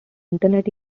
internet